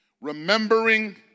Remembering